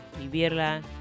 vivirla